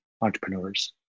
entrepreneurs